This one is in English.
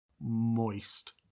Moist